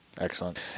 Excellent